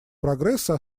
прогресса